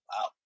Wow